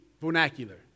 vernacular